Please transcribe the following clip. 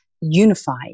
unified